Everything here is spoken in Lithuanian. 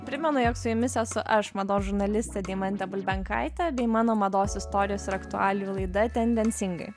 primenu jog su jumis esu aš mados žurnalistė deimantė bulbenkaitė bei mano mados istorijos ir aktualijų laida tendencingai